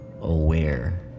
aware